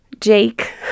Jake